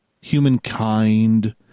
humankind